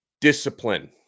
Discipline